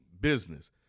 business